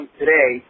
today